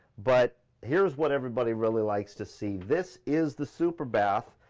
but here's what everybody really likes to see, this is the super bath.